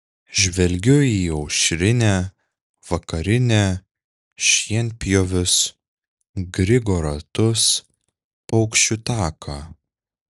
žvelgiu į aušrinę vakarinę šienpjovius grigo ratus paukščių taką